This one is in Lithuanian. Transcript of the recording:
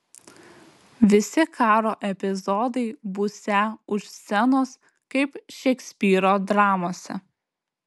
visi karo epizodai būsią už scenos kaip šekspyro dramose